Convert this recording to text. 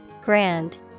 Grand